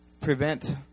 Prevent